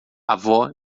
avó